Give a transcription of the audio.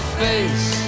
face